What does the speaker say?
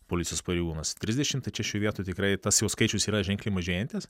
policijos pareigūnas trisdešimt tai čia šioj vietoj tikrai tas jau skaičius yra ženkliai mažėjantis